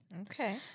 Okay